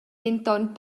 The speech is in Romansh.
denton